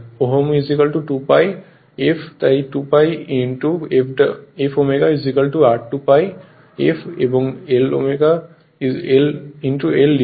Ω 2 pi f তাই 2 pi fω r2 pi f এই Lω L লিখুন